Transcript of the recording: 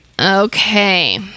Okay